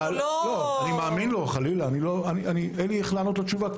אין לי איך לענות לו תשובה.